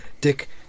Dick